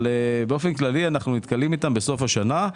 באופן כללי אנחנו נתקלים בהם בסוף השנה,